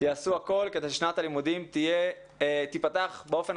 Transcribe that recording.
יעשו הכול כדי ששנת הלימודים תיפתח באופן